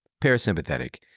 parasympathetic